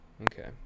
Okay